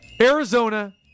Arizona